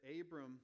Abram